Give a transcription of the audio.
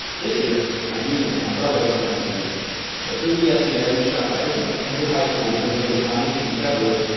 this year, my junior year, my brother has graduated but through the sc yeah i reached out to every every high school in prince william county in february,